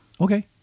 Okay